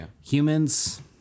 humans